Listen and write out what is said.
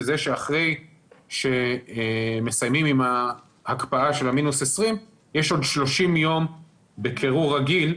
וזה שאחרי שמסיימים עם ההקפאה של מינוס 20 יש עוד 30 יום בקירור רגיל,